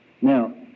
Now